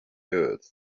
earth